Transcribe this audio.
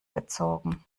gezogen